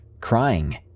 crying